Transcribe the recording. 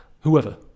whoever